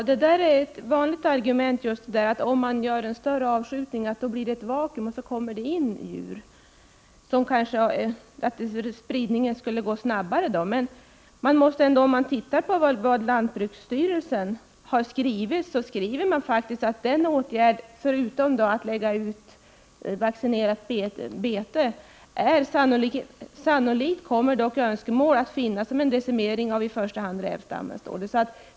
Herr talman! Det som jordbruksministern säger, att det om man tillät en större avskjutning skulle uppstå ett vakuum och djur från Finland skulle komma över, är ett vanligt argument. Man menar att spridningen då skulle gå snabbare. Men lantbruksstyrelsen har faktiskt skrivit att, förutom att man skall lägga ut vaccinbeten, önskemål sannolikt kommer att finnas om en decimering av i första hand rävstammen.